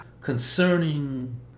concerning